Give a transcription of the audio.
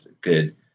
good